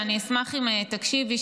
אני אשמח אם תקשיבי,